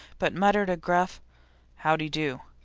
but muttered a gruff howdy do?